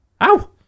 Ow